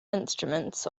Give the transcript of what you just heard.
instruments